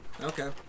Okay